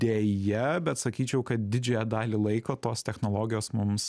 deja bet sakyčiau kad didžiąją dalį laiko tos technologijos mums